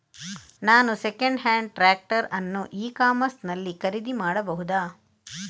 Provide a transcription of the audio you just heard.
ನಾನು second hand tractor ಅನ್ನು e commerce ನಲ್ಲಿ ಖರೀದಿ ಮಾಡಬಹುದಾ?